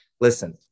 listen